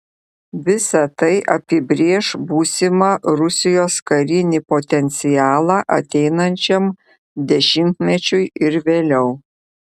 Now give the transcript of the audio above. visa tai apibrėš būsimą rusijos karinį potencialą ateinančiam dešimtmečiui ir vėliau